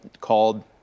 called